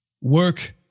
Work